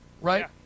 Right